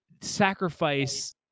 sacrifice